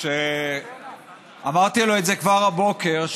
את זה כבר הבוקר,